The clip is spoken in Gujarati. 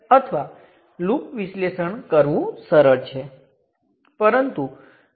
હું કહું છું કે વોલ્ટેજ સ્ત્રોત V ને રેઝિસ્ટર દ્વારા બદલી શકાય છે